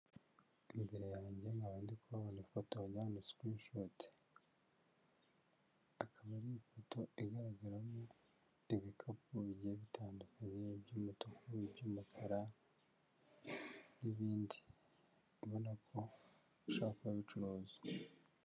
Imbere yanjye nkaba ndi ndi kuhabona ifoto wagira ngo ni sikirinishoti, akaba ari ifoto igaragaramo ibikapu bigiye bitandukanye by'umutuku, iby'umukara n'ibindi, ubona ko bishobora kuba bicuruzwa.